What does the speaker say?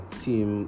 team